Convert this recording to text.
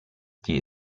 die